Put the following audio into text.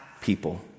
people